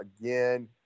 again